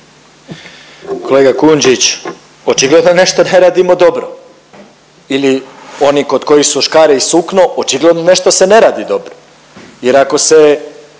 Kolega Kujundžić, očigledno nešto ne radimo dobro ili oni kod kojih su škare i sukno očigledno nešto se ne radi dobro jer ako se